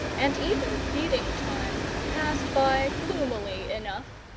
and even feeding-time, passed by gloomily enough,